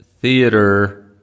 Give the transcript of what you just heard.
theater